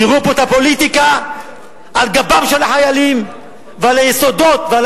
תראו פה את הפוליטיקה על גבם של החרדים ועל היסודות ועל